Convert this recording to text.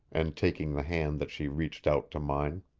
and taking the hand that she reached out to mine.